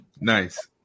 Nice